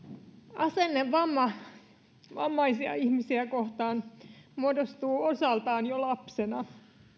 asennevamma vammaisia ihmisiä kohtaan muodostuu osaltaan jo lapsena